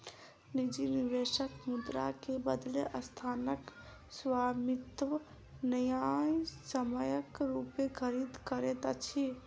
निजी निवेशक मुद्रा के बदले संस्थानक स्वामित्व न्यायसम्यक रूपेँ खरीद करैत अछि